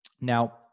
Now